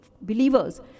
believers